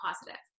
positive